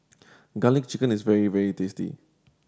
Garlic Chicken is very very tasty